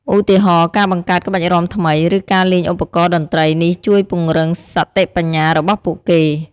ឧទាហរណ៍ ការបង្កើតក្បាច់រាំថ្មី ឬការលេងឧបករណ៍តន្ត្រីនេះជួយពង្រឹងសតិបញ្ញារបស់ពួកគេ។